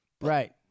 Right